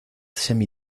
semi